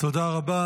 תודה רבה.